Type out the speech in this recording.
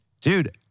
Dude